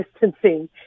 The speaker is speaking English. distancing